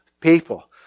people